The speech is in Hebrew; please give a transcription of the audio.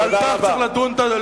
ועל כך צריך לדון.